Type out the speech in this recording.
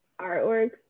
artworks